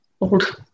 old